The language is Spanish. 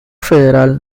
federal